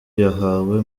yahawe